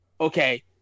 Okay